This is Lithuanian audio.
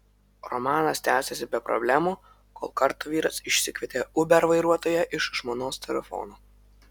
romanas tęsėsi be problemų kol kartą vyras išsikvietė uber vairuotoją iš žmonos telefono